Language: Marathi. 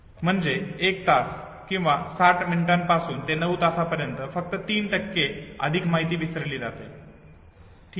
म्हणजे एक तास किंवा 60 मिनिटांपासून ते 9 तासांपर्यंत फक्त 3 अधिक माहिती विसरली जाते ठीक आहे